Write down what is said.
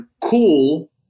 cool